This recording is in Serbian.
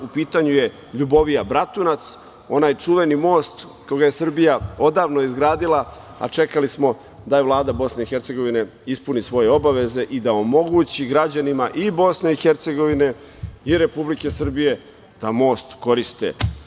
U pitanju je Ljubovija – Bratunac, onaj čuveni most koga je Srbija odavno izgradila, a čekali smo da Vlada Bosne i Hercegovine ispuni svoje obaveze i da omogući građanima i BiH i Republike Srbije da most koriste.